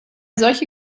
solche